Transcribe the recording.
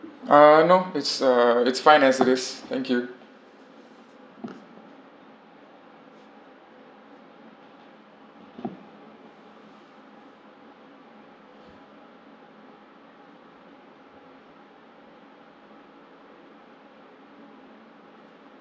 ah no it's uh it's fine as it is thank you